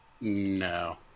No